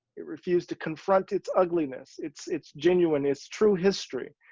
it refused to confront its ugliness its, its genuine, its true history.